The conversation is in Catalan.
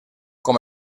com